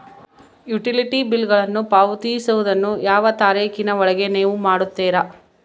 Utility ಬಿಲ್ಲುಗಳನ್ನು ಪಾವತಿಸುವದನ್ನು ಯಾವ ತಾರೇಖಿನ ಒಳಗೆ ನೇವು ಮಾಡುತ್ತೇರಾ?